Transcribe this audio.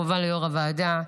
כמובן ליו"ר הוועדה,